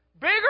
Bigger